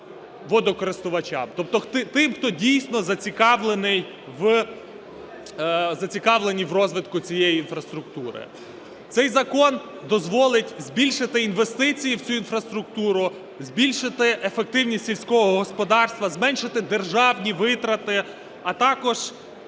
водокористувачам, тобто тим, хто дійсно зацікавлений в розвитку цієї інфраструктури. Цей закон дозволить збільшити інвестиції в цю інфраструктуру, збільшити ефективність сільського господарства, зменшити державні витрати, а також